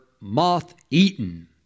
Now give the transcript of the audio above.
moth-eaten